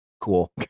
cool